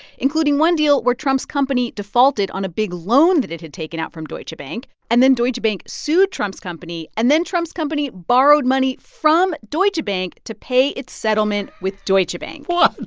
including one deal where trump's company defaulted on a big loan that it had taken out from deutsche bank. and then deutsche bank sued trump's company, and then trump's company borrowed money from deutsche bank to pay its settlement with deutsche bank what?